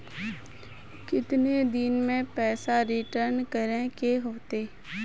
कितने दिन में पैसा रिटर्न करे के होते?